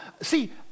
See